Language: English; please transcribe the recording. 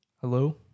Hello